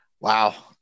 Wow